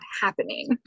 happening